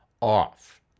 off